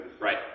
right